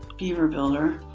beaver builder.